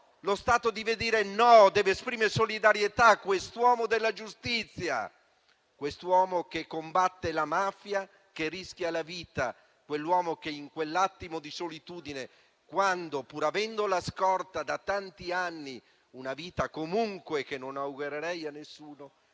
Lo Stato deve dire no, deve esprimere solidarietà a quest'uomo della giustizia, a quest'uomo che combatte la mafia, che rischia la vita; e un uomo che, in un attimo di solitudine, pur avendo la scorta da tanti anni - una vita che, comunque, non augurerei a nessuno